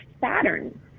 Saturn